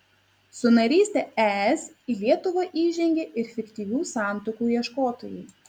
su naryste es į lietuvą įžengė ir fiktyvių santuokų ieškotojai